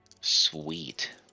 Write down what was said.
Sweet